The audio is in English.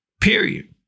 period